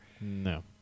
No